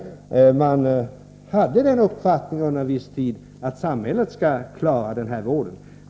Man hade under en viss tid uppfattningen att samhället skulle klara denna vård.